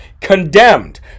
condemned